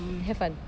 have fun